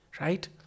Right